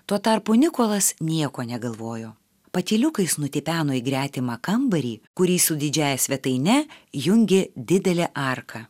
tuo tarpu nikolas nieko negalvojo patyliukais nutipeno į gretimą kambarį kurį su didžiąja svetaine jungė didelė arka